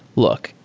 look.